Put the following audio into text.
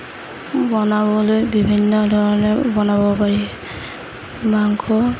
বনাবলৈ বিভিন্ন ধৰণে বনাব পাৰি মাংস